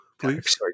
please